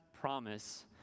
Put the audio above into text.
promise